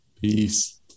Peace